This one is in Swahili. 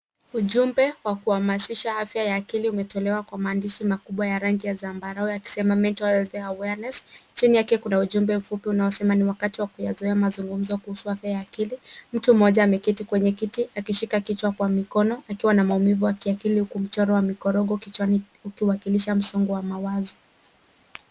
Ujumbe wa kuhamasisha afya ya akili umetolewa kwa maandishi makubwa ya zambarau yakisema, mental health awareness. Chini yake kuna ujumbe mfupi unaosema, ni wakati wa kuyazoea mazungumzo kuhusu afya ya akili. Mtu mmoja ameketi kwenye kiti akishika kichwa kwa mikono akiwa na maumivu ya kiakili huku mchoro wa mikorogo kichwani ukiwakilisha msongo wa mawazo.